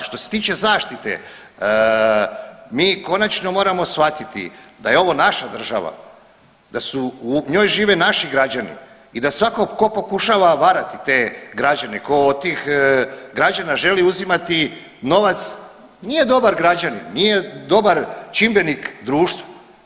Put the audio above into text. Što se tiče zaštite, mi konačno moramo shvatiti da je ovo naša država da u njoj žive naši građani i da svako ko pokušava varati te građane ko od tih građana želi uzimati novac nije dobar građanin, nije dobar čimbenik društva.